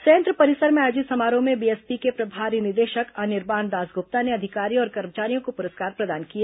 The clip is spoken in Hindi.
संयंत्र परिसर में आयोजित समारोह में बीएसपी के प्रभारी निदेशक अनिर्बान दास गुप्ता ने अधिकारियों और कर्मचारियों को पुरस्कार प्रदान किए